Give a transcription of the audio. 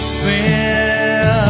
sin